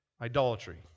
idolatry